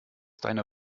deine